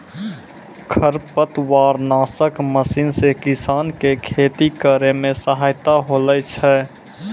खरपतवार नासक मशीन से किसान के खेती करै मे सहायता होलै छै